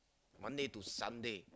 Monday to Sunday